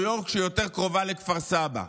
יורק הוא שהיא יותר קרובה לכפר סבא.